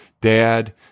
dad